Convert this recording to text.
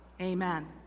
Amen